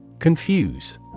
Confuse